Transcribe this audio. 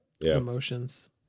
emotions